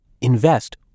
invest